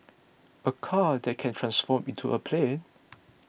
a car that can transform into a plane